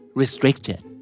restricted